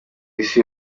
isi